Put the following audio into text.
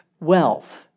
wealth